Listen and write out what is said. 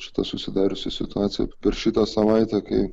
šita susidariusi situacija per šitą savaitę kai